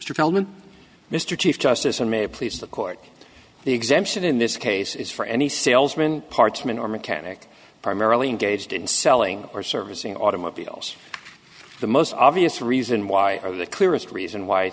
feldman mr chief justice and may please the court the exemption in this case is for any salesman parchment or mechanic primarily engaged in selling or servicing automobiles the most obvious reason why the clearest reason why